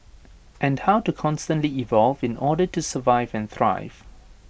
and how to constantly evolve in order to survive and thrive